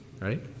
right